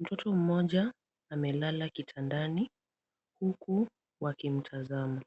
Mtoto mmoja amelala kitandani huku wakimtazama.